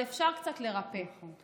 אבל אפשר קצת לרפא ולתקן.